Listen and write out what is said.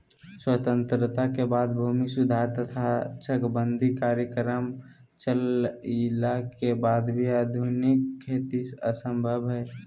स्वतंत्रता के बाद भूमि सुधार तथा चकबंदी कार्यक्रम चलइला के वाद भी आधुनिक खेती असंभव हई